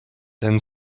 then